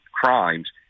crimes